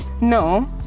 no